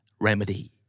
remedy